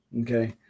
okay